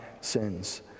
sins